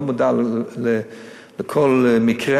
אני לא מודע לכל מקרה,